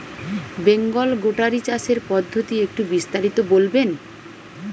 Bengal goatery চাষের পদ্ধতি একটু বিস্তারিত বলবেন?